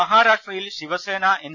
മഹാരാഷ്ട്രയിൽ ശിവസേന എൻ